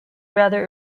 rather